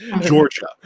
Georgia